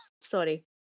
Sorry